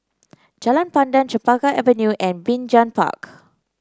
Jalan Pandan Chempaka Avenue and Binjai Park